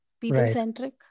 people-centric